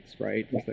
right